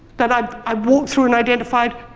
that i i walked through and identified,